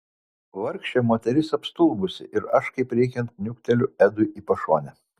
vargšė moteris apstulbusi ir aš kaip reikiant niukteliu edui į pašonę